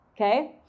Okay